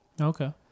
Okay